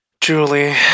Julie